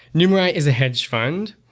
numerai is a hedge fund,